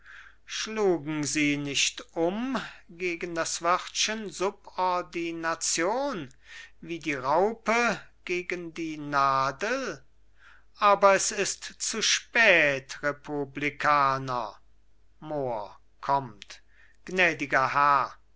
schlugen sie nicht um gegen das wörtchen subordination wie die raupe gegen die nadel aber es ist zu spät republikaner mohr kommt gnädiger herr